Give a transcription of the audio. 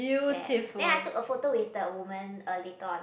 sad then I took a photo with the women uh later on